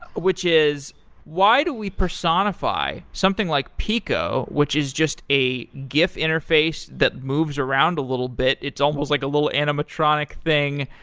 which is why do we personify something like peeqo, which is just a gif interfaced that moves around a little bit. it's almost like a little animatronic thing,